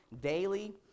daily